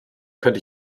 könnte